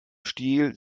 stil